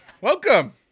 Welcome